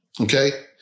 Okay